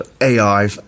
AI